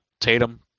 Tatum